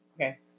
okay